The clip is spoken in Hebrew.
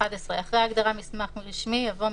אני ממשיכה בקריאה: אחרי ההגדרה "מסמך רשמי" יבוא: